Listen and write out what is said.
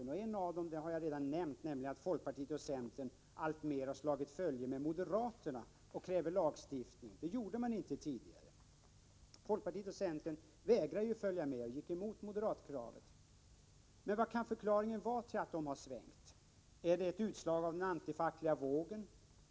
Jag har redan nämnt en av dem, nämligen att folkpartiet och centern alltmer har slagit följe med moderaterna och nu kräver lagstiftning. Tidigare vägrade folkpartiet och centern att följa moderaterna och gick emot deras krav. Vad kan förklaringen vara till att de har svängt? Är det utslag av den antifackliga vågen?